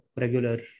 regular